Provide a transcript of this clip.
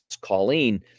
Colleen